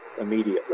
immediately